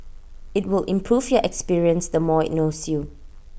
IT will improve your experience the more IT knows you